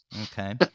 Okay